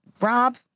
Rob